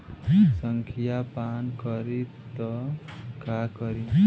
संखिया पान करी त का करी?